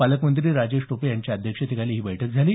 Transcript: पालकमंत्री राजेश टोपे यांच्या अध्यक्षतेखाली ही बैठक झाली